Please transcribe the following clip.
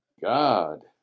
God